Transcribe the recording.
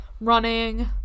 Running